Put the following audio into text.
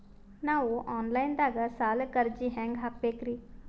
ನಾವು online ದಾಗ ಸಾಲಕ್ಕ ಅರ್ಜಿ ಹೆಂಗ ಹಾಕಬೇಕ್ರಿ?